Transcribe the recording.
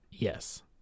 Yes